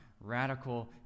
radical